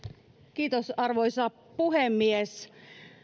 kiitos arvoisa puhemies